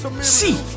see